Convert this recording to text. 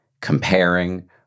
comparing